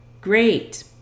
Great